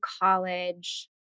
college